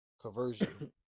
conversion